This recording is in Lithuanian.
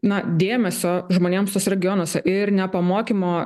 na dėmesio žmonėms tuose regionuose ir nepamokymo